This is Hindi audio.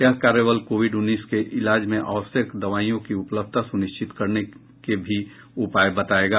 यह कार्यबल कोविड उन्नीस के इलाज में आवश्यक दवाईयों की उपलब्धता सुनिश्चित करने के उपाय भी बताएगा